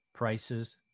Prices